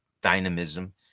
dynamism